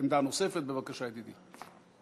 עמדה נוספת, בבקשה, ידידי.